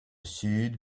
sud